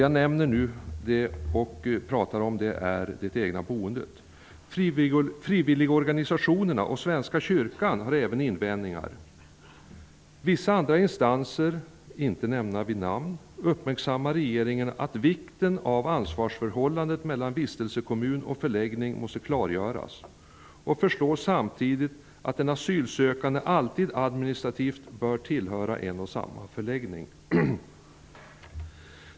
Jag pratar alltså nu om det egna boendet. Även frivilligorganisationerna och Svenska kyrkan har invändningar. Vissa andra instanser -- inte nämnda vid namn -- uppmärksammar regeringen på att vikten av ansvarsförhållandet mellan vistelsekommun och förläggning måste klargöras och föreslår samtidigt att den asylsökande alltid administrativt bör tillhöra en och samma förläggning.